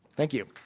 thank you.